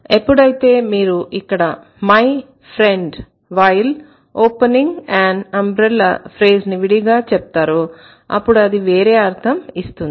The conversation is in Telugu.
ఎప్పుడైతే మీరు ఇక్కడ my friend while opening an umbrella phrase ని విడిగా చెప్తారో అప్పుడు అది వేరే అర్థం ఇస్తుంది